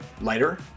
Lighter